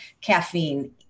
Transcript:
caffeine